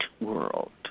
world